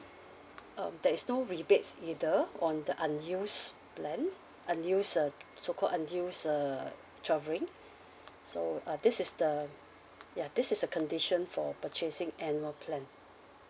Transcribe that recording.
um there is no rebates either on the unused plan unused uh so called unused uh travelling so uh this is the ya this is a condition for purchasing annual plan